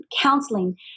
counseling